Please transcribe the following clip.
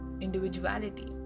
individuality